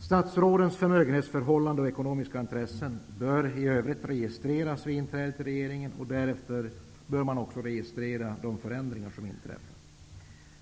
Statsrådens förmögenhetsförhållanden och ekonomiska intressen bör i övrigt registreras vid inträde i regeringen. Därefter bör man också registrera de förändringar som inträffar.